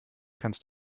kannst